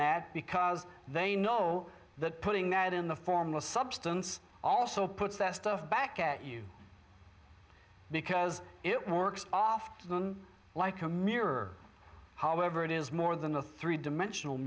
that because they know that putting that in the form of substance also puts that stuff back at you because it works off to them like a mirror however it is more than a three dimensional